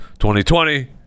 2020